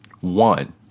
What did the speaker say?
One